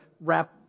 wrap